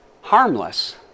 harmless